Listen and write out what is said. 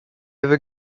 ever